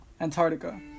Antarctica